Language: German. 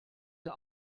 der